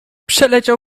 przeleciał